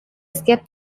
skip